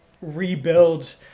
rebuild